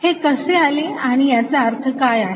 हे कसे आले आणि याचा अर्थ काय आहे